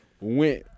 went